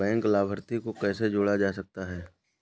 Bank लाभार्थी को कैसे जोड़ा जा सकता है?